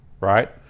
right